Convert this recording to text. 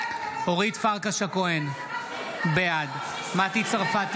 אורית פרקש הכהן, בעד מטי צרפתי